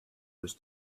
was